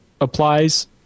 applies